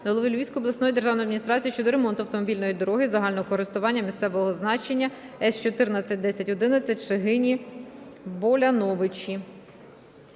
голови Львівської обласної державної адміністрації щодо ремонту автомобільної дороги загального користування місцевого значення С141011 Шегині - Боляновичі.